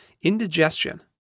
indigestion